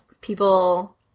people